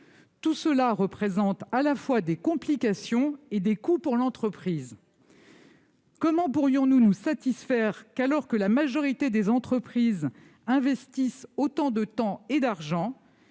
Tout cela représente, à la fois, des complications et des coûts pour l'entreprise. Comment pourrions-nous nous satisfaire, alors que la majorité des entreprises investissent autant de temps et d'argent,